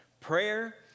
Prayer